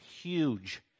huge